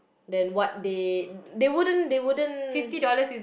then what date they wouldn't they wouldn't